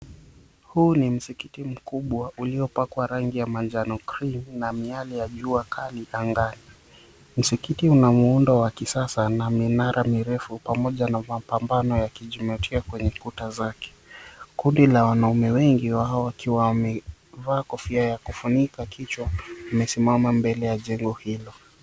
Huu ni msikiti mkubwa uliopakwa rangi ya manjano krim na miale ya jua kali angani. Msikiti una miundo wa kisasa na minara mirefu pamoja na mapambano yakijimatia kwenye kuta zake. Kundi ya wanaume wengi wakiwa wamevaa kofia ya kufunika wamesimama mbele ya jengo hilo.